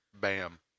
Bam